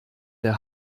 der